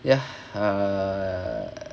ya err